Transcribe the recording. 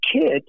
kid